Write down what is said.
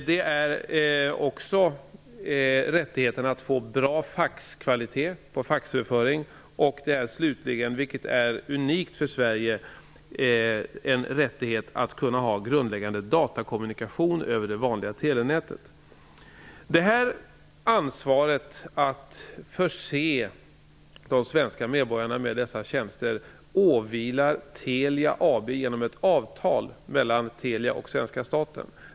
Man har vidare rättighet att få bra faxkvalitet på faxöverföring. Man har slutligen rätt att ha grundläggande datakommunikation över det vanliga telenätet, vilket är unikt för Sverige. Ansvaret att förse de svenska medborgarna med dessa tjänster åvilar Telia AB genom ett avtal mellan Telia och svenska staten.